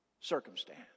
circumstance